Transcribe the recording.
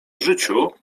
życiu